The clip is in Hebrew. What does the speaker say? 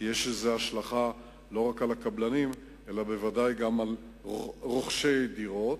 כי יש לזה השלכה לא רק על הקבלנים אלא בוודאי גם על רוכשי דירות.